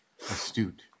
Astute